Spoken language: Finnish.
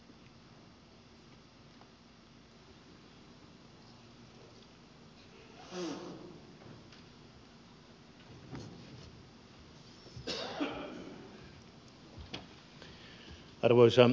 arvoisa herra puhemies